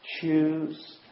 Choose